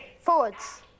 forwards